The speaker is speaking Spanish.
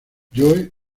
joe